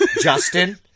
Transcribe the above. Justin